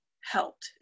helped